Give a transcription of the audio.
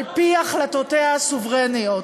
על-פי החלטותיה הסוברניות.